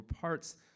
parts